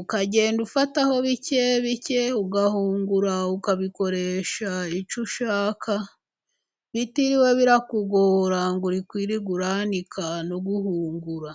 ukagenda ufataho bike bike ugahungura, ukabikoresha icyo ushaka, bitiriwe birakugora ngo uri kwirwa wanika no guhungura.